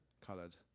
coloured